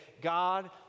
God